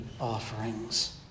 offerings